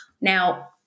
Now